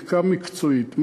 בדיקה מקצועית.